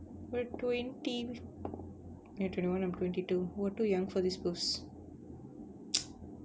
we're twenty~ you're twenty one and I'm twenty two we're too young for this post